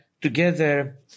together